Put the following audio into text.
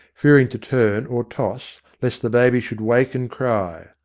fearing to turn or toss lest the baby should wake and cry.